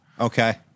Okay